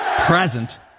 present